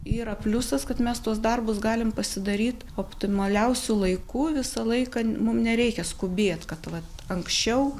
yra pliusas kad mes tuos darbus galim pasidaryt optimaliausiu laiku visą laiką mum nereikia skubėt kad va anksčiau